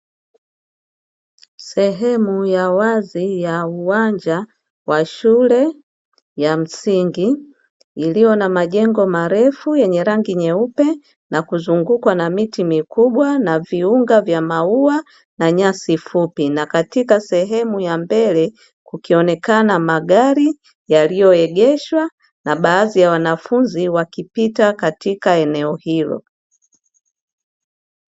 Sehemu ya wazi ya uwanja wa shule ya msingi iliyo na majengo marefu yenye rangi nyeupe na kuzungukwa na miti mikubwa na viunga vya maua na nyasi fupi na katika sehemu ya mbele kukionekana magari yaliyoegeshwa na baadhi ya wanafunzi wakipita katika eneo hilo.